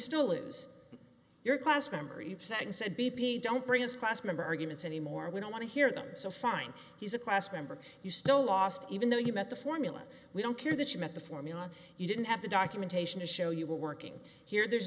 still lose your class memory and said b p don't bring his class member arguments anymore we don't want to hear them so fine he's a class member you still lost even though you met the formula we don't care that you met the formula you didn't have the documentation to show you were working here there's